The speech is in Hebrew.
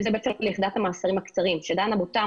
שזאת בסוף יחידת המאסרים הקצרים שדנה באותם